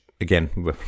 again